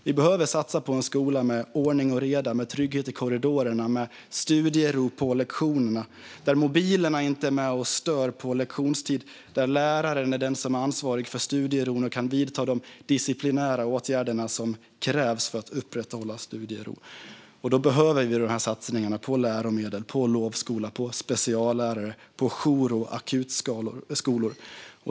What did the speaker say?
Vi behöver satsa på en skola med ordning och reda, med trygghet i korridorerna och med studiero på lektionerna, där mobilerna inte är med och stör på lektionstid och där läraren är den som är ansvarig för studieron och kan vidta de disciplinära åtgärder som krävs för att upprätthålla studiero. Då behöver vi dessa satsningar på läromedel, på lovskola, på speciallärare och på jour och akutskolor.